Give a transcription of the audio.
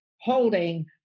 holding